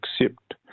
accept